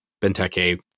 Benteke